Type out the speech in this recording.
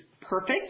Perfect